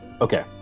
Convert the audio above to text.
Okay